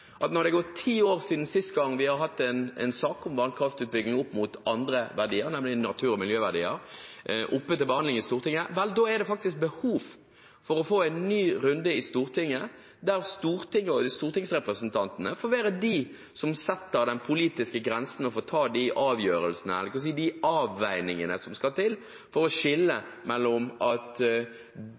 at når det har gått ti år siden sist gang vi hadde en sak om vannkraftutbygging opp mot andre verdier, nemlig natur- og miljøverdier, oppe til behandling i Stortinget – vel, da er det faktisk behov for å få en ny runde i Stortinget der stortingsrepresentantene får være dem som setter den politiske grensen og får ta de avgjørelsene og gjøre de avveiningene som skal til for å skille mellom den typen verdier vi vektlegger så høyt at